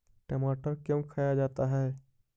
टमाटर क्यों खाया जाता है?